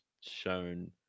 shown